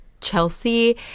Chelsea